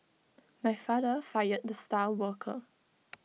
my father fired the star worker